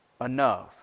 enough